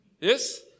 Yes